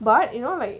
but you know like